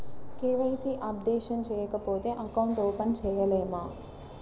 KYC updation చేయకపోతే account open చేయలేమా?